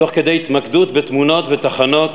תוך כדי התמקדות בתמונות ותחנות